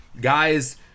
guys